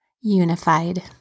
Unified